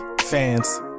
fans